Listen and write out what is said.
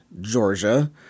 Georgia